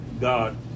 God